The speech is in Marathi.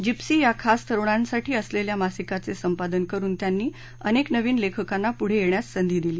जिप्सी या खास तरुणांसाठी असलेल्या मासिकाचे संपादन करुन त्यांनी अनेक नवीन लेखकांना पुढे येण्यास संधी दिली